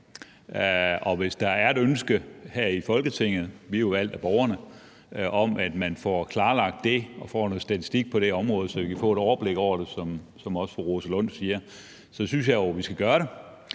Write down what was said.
hvis der er et ønske her i Folketinget – vi er jo valgt af borgerne – om, at man får klarlagt det og får noget statistik på det område, så vi kan få et overblik over det, som også fru Rosa Lund siger, så synes jeg jo, at vi skal gøre det.